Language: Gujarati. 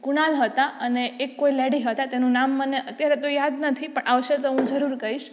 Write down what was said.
કુણાલ હતા અને એક કોઈ લેડી હતા તેનું નામ મને અત્યારે તો યાદ નથી પણ આવશે તો હું જરૂર કહીશ